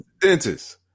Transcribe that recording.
dentist